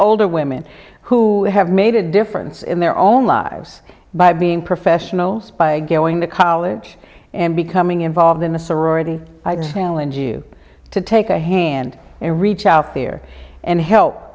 older women who have made a difference in their own lives by being professionals by going to college and becoming involved in the sorority i challenge you to take a hand and reach out there and help